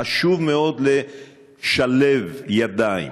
חשוב מאוד לשלב ידיים